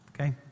Okay